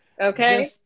okay